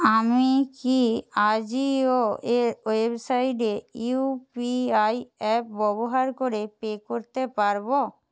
আমি কি আজিও এর ওয়েবসাইটে ইউপিআই অ্যাপ ব্যবহার করে পে করতে পারবো